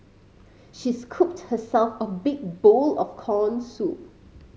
she scooped herself a big bowl of corn soup